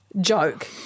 joke